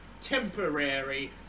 temporary